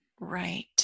Right